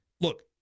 Look